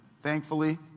Thankfully